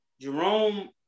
Jerome